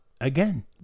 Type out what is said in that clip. again